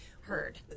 heard